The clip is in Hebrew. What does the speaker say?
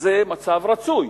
זה מצב רצוי,